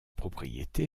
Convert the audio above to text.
propriété